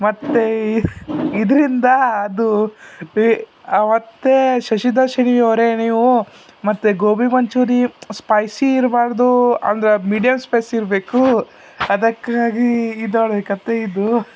ಮತ್ತು ಇದರಿಂದ ಅದು ಮತ್ತು ಶಶಿಧರ್ ಶ್ರೀ ಅವರೇ ನೀವು ಮತ್ತೆ ಗೋಭಿ ಮಂಚೂರಿ ಸ್ಪೈಸಿ ಇರಬಾರ್ದು ಅಂದ್ರೆ ಮೀಡಿಯಮ್ ಸ್ಪೈಸಿ ಇರಬೇಕು ಅದಕ್ಕಾಗಿ ಇದೊಳ್ಳೆ ಕಥೆಯಿದು